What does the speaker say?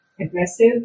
aggressive